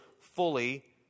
fully